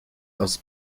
aus